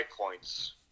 points